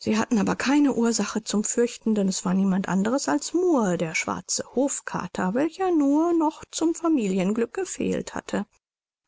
sie hatten aber keine ursache zum fürchten denn es war niemand anderes als murr der schwarze hofkater welcher nur noch zum familienglück gefehlt hatte